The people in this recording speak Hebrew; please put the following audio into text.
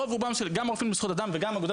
גם רופאים לזכויות אדם וגם האגודה